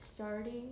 Starting